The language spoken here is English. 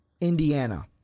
Indiana